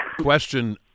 question